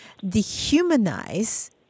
dehumanize